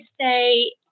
say